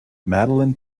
madeline